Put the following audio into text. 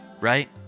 Right